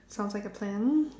sounds like a plan